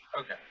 Okay